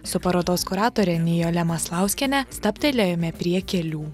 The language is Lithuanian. su parodos kuratore nijole maslauskiene stabtelėjome prie kelių